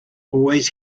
always